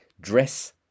dress